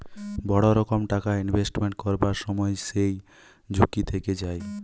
বড় রকম টাকা ইনভেস্টমেন্ট করবার সময় যেই ঝুঁকি থেকে যায়